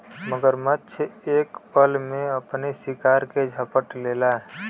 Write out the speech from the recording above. मगरमच्छ एक पल में अपने शिकार के झपट लेला